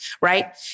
right